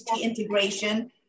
integration